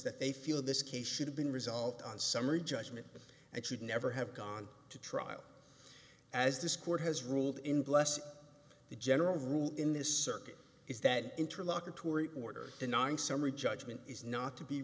that they feel this case should have been result on summary judgment and should never have gone to trial as this court has ruled in blessing the general rule in this circuit is that interlock a tory order denying summary judgment is not to be